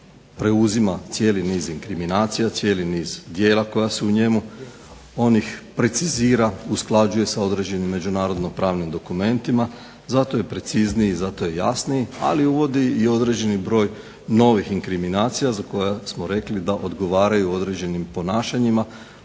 preuzima cijeli niz inkriminacija, cijeli niz djela koja su u njemu, on ih precizira, usklađuje s određenim međunarodno pravnim dokumentima. Zato je precizniji, zato je jasniji, ali uvodi i određeni broj novih inkriminacija za koje smo rekli da odgovaraju određenim ponašanjima